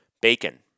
bacon